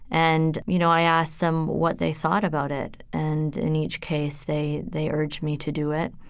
and you know, i asked them what they thought about it. and in each case, they, they urged me to do it.